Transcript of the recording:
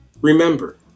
Remember